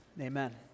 Amen